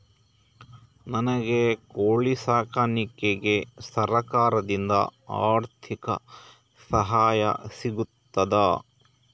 ನನಗೆ ಕೋಳಿ ಸಾಕಾಣಿಕೆಗೆ ಸರಕಾರದಿಂದ ಆರ್ಥಿಕ ಸಹಾಯ ಸಿಗುತ್ತದಾ?